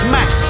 Max